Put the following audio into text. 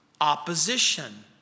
Opposition